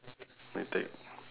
nitec